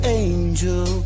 angel